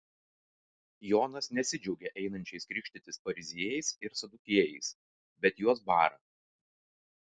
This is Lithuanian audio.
jonas nesidžiaugia einančiais krikštytis fariziejais ir sadukiejais bet juos bara